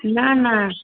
न न